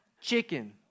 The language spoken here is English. chicken